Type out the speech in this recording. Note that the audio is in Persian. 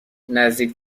نزدیک